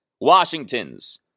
Washington's